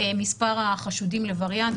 מספר החשודים לווריאנט,